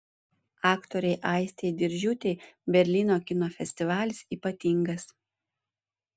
aktorei aistei diržiūtei berlyno kino festivalis ypatingas